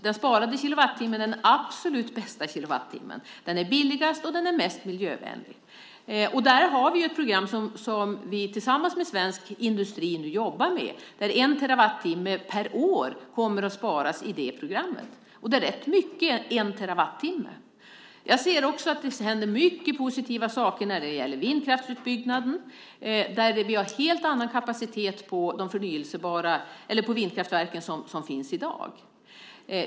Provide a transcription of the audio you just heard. Den sparade kilowattimmen är den absolut bästa kilowattimmen. Den är billigast och mest miljövänlig. Nu har vi ett program som vi jobbar med tillsammans med svensk industri. En terawattimme per år kommer att sparas i det programmet. En terawattimme är rätt mycket. Jag ser också att det händer mycket positiva saker när det gäller vindkraftsutbyggnaden. Vi har en helt annan kapacitet på de vindkraftverk som finns i dag.